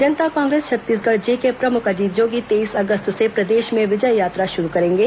जनता Congress Chhattisgarh J के प्रमुख अजीत जोगी तेईस अगस्त से प्रदेश में विजय यात्रा शुरू करेंगे